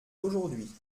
aujourd’hui